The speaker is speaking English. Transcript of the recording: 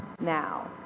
now